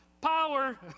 power